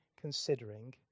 considering